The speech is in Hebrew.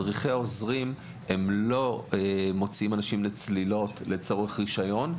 מדריכים עוזרים לא מוציאים אנשים לצלילות לצורך רישיון,